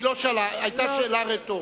היתה שאלה רטורית.